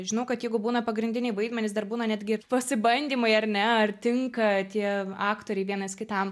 žinau kad jeigu būna pagrindiniai vaidmenys dar būna netgi pasibandymai ar ne ar tinka tie aktoriai vienas kitam